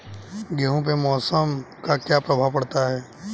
गेहूँ पे मौसम का क्या प्रभाव पड़ता है?